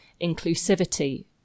inclusivity